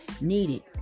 needed